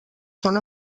són